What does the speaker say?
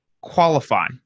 qualify